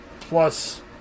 plus